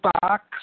box